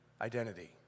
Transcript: identity